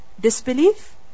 disbelief